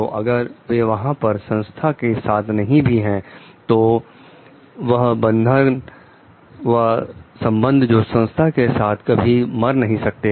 तो अगर वे वहां पर संस्था के साथ नहीं भी है तो वह बंधन वह संबंध जो संस्था के साथ कभी मर नहीं सकते